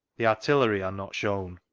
the artillery are not shewn.